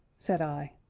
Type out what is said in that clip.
said i.